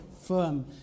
firm